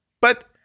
but-